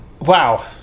wow